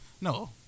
No